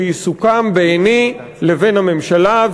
שיסוכם ביני לבין הממשלה.